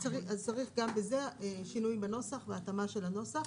אז צריך גם בזה שינוי בנוסח והתאמה של הנוסח.